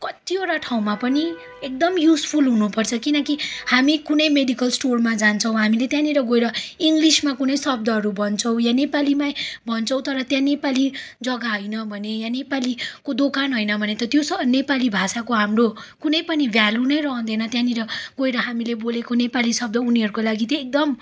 कत्तिवटा ठाउँमा पनि एकदम युजफुल हुनुपर्छ किनकि हामी कुनै मेडिकल स्टोरमा जान्छौँ हामीले त्यहाँनिर गएर इङ्गलिसमा कुनै शब्दहरू भन्छौँ या नेपालीमै भन्छौँ तर त्यहाँ नेपाली जग्गा होइन भने या नेपालीको दोकान होइन भने त त्यो सो नेपाली भाषाको हाम्रो कुनै पनि भेल्यु नै रहँदैन त्यहाँनिर गएर हामीले बोलेको नेपाली शब्द उनीहरूको लागि चाहिँ एकदम